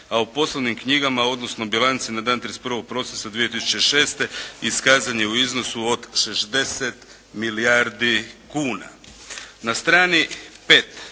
a u poslovnim knjigama odnosno bilanci na dan 31. prosinca 2006. iskazan je u iznosu od 60 milijardi kuna. Na strani 5.